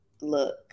Look